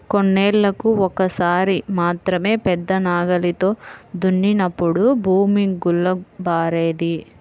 కొన్నేళ్ళకు ఒక్కసారి మాత్రమే పెద్ద నాగలితో దున్నినప్పుడు భూమి గుల్లబారేది